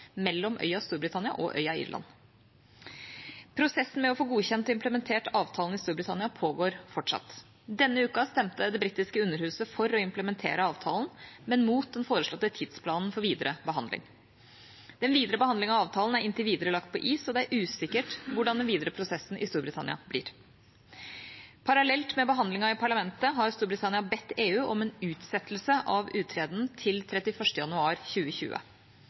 mellom øya Storbritannia og øya Irland. Prosessen med å få godkjent og implementert avtalen i Storbritannia pågår fortsatt. Denne uka stemte det britiske underhuset for å implementere avtalen, men mot den foreslåtte tidsplanen for videre behandling. Den videre behandlingen av avtalen er inntil videre lagt på is, og det er usikkert hvordan den videre prosessen i Storbritannia blir. Parallelt med behandlingen i parlamentet har Storbritannia bedt EU om en utsettelse av uttredenen til 31. januar 2020.